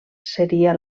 seria